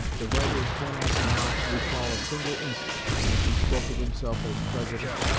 the writer cannot now recall a single instance in which he spoke of himself as president,